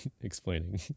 explaining